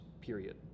Period